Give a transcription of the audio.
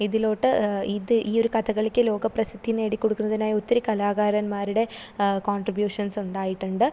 ഇതിലോട്ട് ഇത് ഈയൊരു കഥകളിയ്ക്ക് ലോക പ്രസിദ്ധി നേടി കൊടുക്കുന്നതിനായി ഒത്തിരി കലാകാരന്മാരുടെ കോൺട്രിബ്യൂഷൻസ് ഉണ്ടായിട്ടുണ്ട്